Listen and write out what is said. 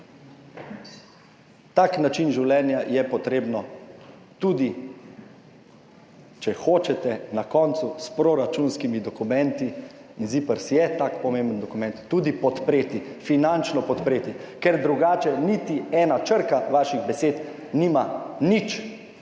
Tak način življenja je treba tudi, če hočete, na koncu s proračunskimi dokumenti, in ZIPRS je tak pomemben dokument, tudi finančno podpreti, ker drugače niti ena črka vaših besed nima nič